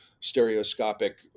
stereoscopic